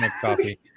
coffee